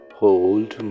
hold